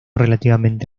relativamente